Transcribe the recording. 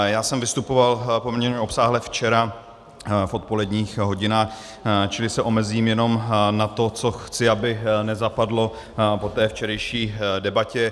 Já jsem vystupoval poměrně obsáhle včera v odpoledních hodinách, čili se omezím jenom na to, co chci, aby nezapadlo po té včerejší debatě.